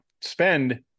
spend